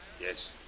Yes